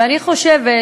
ואני חושבת,